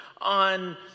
on